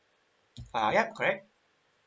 uh yup correct